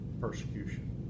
persecution